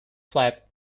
flap